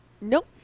nope